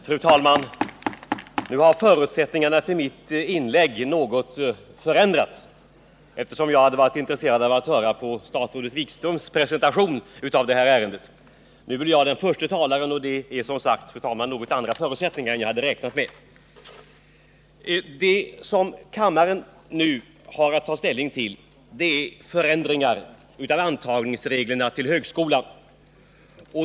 Fru talman! Nu har förutsättningarna för mitt inlägg något ändrats, eftersom jag blir förste talare. Jag hade annars varit intresserad av att höra statsrådet Wikströms presentation av ärendet. Det som kammaren har att ta ställning till är förändringar av antagningsreglerna till högskolan.